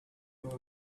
were